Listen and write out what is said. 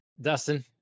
Dustin